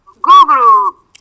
Google